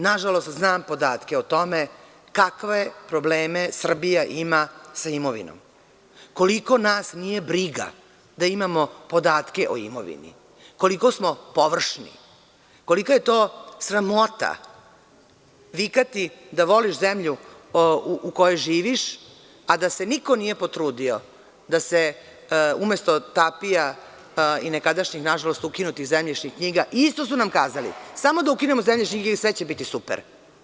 Nažalost znam podatke o tome kakve probleme Srbija ima sa imovinom, koliko nas nije briga da imamo podatke o imovini, koliko smo površni, kolika je to sramota vikati da voliš zemlju u kojoj živiš, a da se niko nije potrudio da se umesto tapija i nažalost ukinutih nekadašnjih zemljišnih knjiga, isto tako su nam kazali, samo da ukinemo zemljišne knjige i sve će biti super.